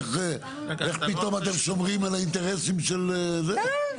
איך פתאום אתם שומרים על האינטרסים של זה?